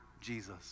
Jesus